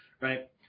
right